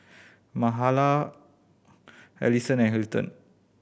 Mahala Alisson and Hilton